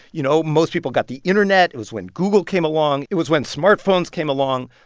you know, most people got the internet. it was when google came along. it was when smartphones came along.